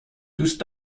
دوست